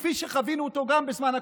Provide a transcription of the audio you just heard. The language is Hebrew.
כפי שחווינו אותו גם בזמן הקורונה,